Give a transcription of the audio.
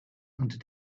and